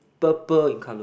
purple in colour